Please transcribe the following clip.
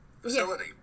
facility